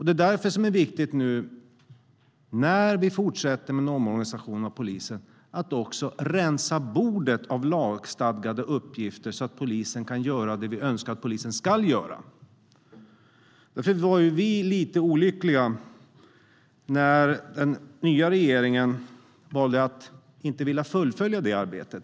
Det är därför det är viktigt nu när vi fortsätter med omorganisationen av polisen att också rensa bordet med lagstadgade uppgifter så att polisen kan göra det vi önskar att polisen ska göra. Därför var vi lite olyckliga när den nya regeringen valde att inte fullfölja det arbetet.